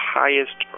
highest